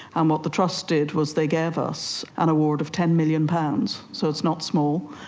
and what the trust did was they gave us an award of ten million pounds, so it's not small,